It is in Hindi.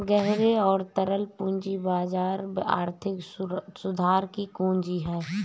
गहरे और तरल पूंजी बाजार आर्थिक सुधार की कुंजी हैं,